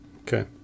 Okay